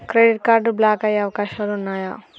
Credit card block అయ్యే అవకాశాలు ఉన్నయా?